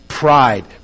Pride